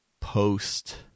post-